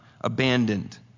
abandoned